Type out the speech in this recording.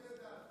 לשירותי דת.